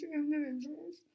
individuals